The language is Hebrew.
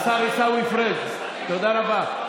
השר עיסאווי פריג', תודה רבה.